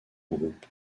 groupes